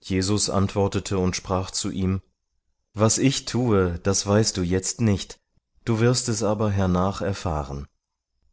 jesus antwortete und sprach zu ihm was ich tue das weißt du jetzt nicht du wirst es aber hernach erfahren